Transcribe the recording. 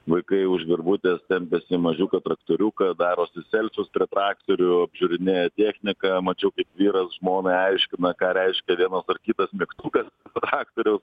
vaikai už virvutės tempiasi mažiuką traktoriuką darosi selfius prie traktorių apžiūrinėja techniką mačiau kaip vyras žmonai aiškina ką reiškia vienas ar kitas mygtukas traktoriaus